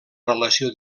relació